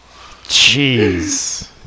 Jeez